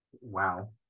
wow